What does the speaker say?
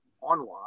online